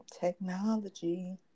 Technology